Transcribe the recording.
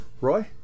Roy